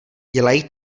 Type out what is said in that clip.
dělají